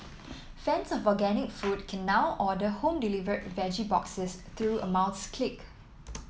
fans of organic food can now order home delivered veggie boxes through a mouse click